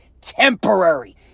temporary